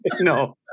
No